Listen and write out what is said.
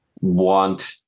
want